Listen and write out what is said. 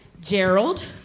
Gerald